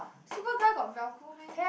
Superga got velcro meh